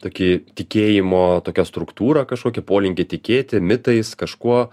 tokį tikėjimo tokią struktūrą kažkokį polinkį tikėti mitais kažkuo